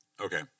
Okay